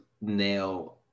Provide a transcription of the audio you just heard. nail